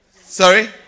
Sorry